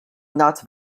not